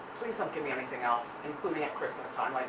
please don't get me anything else. including at christmas time. like,